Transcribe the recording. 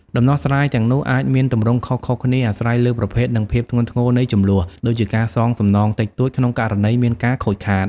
ដំណោះស្រាយទាំងនោះអាចមានទម្រង់ខុសៗគ្នា អាស្រ័យលើប្រភេទ និងភាពធ្ងន់ធ្ងរនៃជម្លោះ ដូចជា ការសងសំណងតិចតួច ក្នុងករណីមានការខូចខាត។